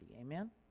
Amen